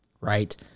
Right